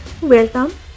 welcome